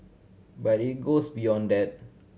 but it goes beyond that